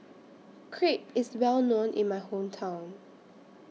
Crepe IS Well known in My Hometown